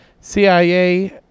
CIA